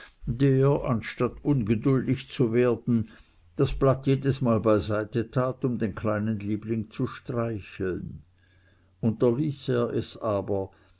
der anstatt ungeduldig zu werden das blatt jedesmal beiseite tat um den kleinen liebling zu streicheln unterließ er es aber